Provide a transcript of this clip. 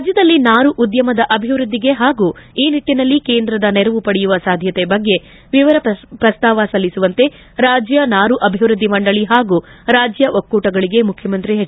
ರಾಜ್ಯದಲ್ಲಿ ನಾರು ಉದ್ಯಮದ ಅಭಿವೃದ್ಧಿಗೆ ಹಾಗೂ ಈ ನಿಟ್ಟನಲ್ಲಿ ಕೇಂದ್ರದ ನೆರವು ಪಡೆಯುವ ಸಾಧ್ಯತೆ ಬಗ್ಗೆ ವಿವರ ಪ್ರಸ್ತಾವ ಸಲ್ಲಿಸುವಂತೆ ರಾಜ್ಯ ನಾರು ಅಭಿವೃದ್ಧಿ ಮಂಡಳಿ ಹಾಗೂ ರಾಜ್ಯ ಒಕ್ಕೂಟಗಳಗೆ ಮುಖ್ಯಮಂತ್ರಿ ಎಚ್